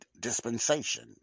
dispensation